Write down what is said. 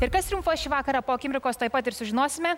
ir kas triumfuos šį vakarą po akimirkos tuoj pat ir sužinosime